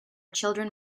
children